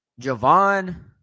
Javon